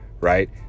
right